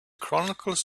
chronicles